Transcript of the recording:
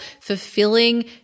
fulfilling